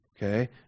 Okay